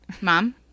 mom